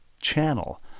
channel